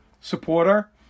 supporter